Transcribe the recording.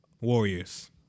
Warriors